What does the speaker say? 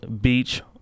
beach